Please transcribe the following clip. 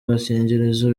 agakingirizo